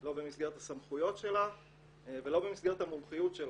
לא במסגרת הסמכויות שלה ולא במסגרת המומחיות שלה.